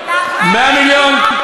100 מיליון,